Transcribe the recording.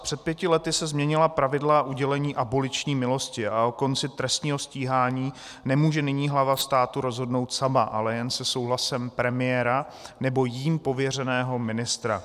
Před pěti lety se změnila pravidla udělení aboliční milosti a o konci trestního stíhání nemůže nyní hlava státu rozhodnout sama, ale jen se souhlasem premiéra nebo jím pověřeného ministra.